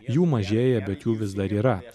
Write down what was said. jų mažėja bet jų vis dar yra